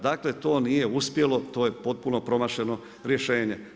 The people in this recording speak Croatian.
Dakle, to nije uspjelo, to je potpuno promašeno rješenje.